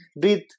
breathe